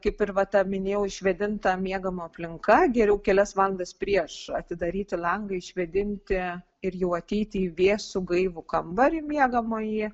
kaip ir va ta minėjau išvėdinta miegamo aplinka geriau kelias valandas prieš atidaryti langą išvėdinti ir jau ateiti į vėsų gaivų kambarį miegamąjį